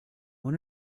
one